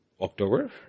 October